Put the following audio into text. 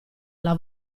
alla